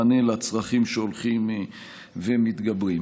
מענה לצרכים שהולכים ומתגברים.